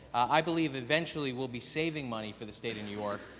i believe eventually will be saving money for the state of new york,